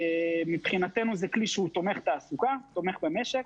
מבחינתנו זה כלי שהוא תומך תעסוקה ותומך במשק.